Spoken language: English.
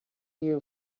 you